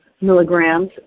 milligrams